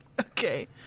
Okay